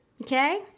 Okay